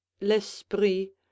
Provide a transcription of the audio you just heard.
l'esprit